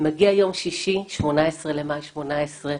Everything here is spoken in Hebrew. שמקדמים את השוויון הזה,